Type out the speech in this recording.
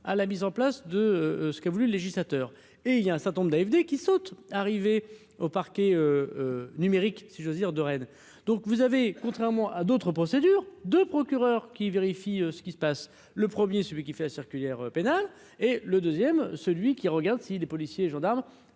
à la mise en place de ce qu'a voulu le législateur et il y a un certain nombre d'AMD qui saute, arrivée au parquet numérique si j'ose dire, de Rennes, donc vous avez contrairement à d'autres procédures de procureur qui vérifie ce qui se passe le 1er, celui qui fait la circulaire pénale et le deuxième, celui qui regarde. Si les policiers et gendarmes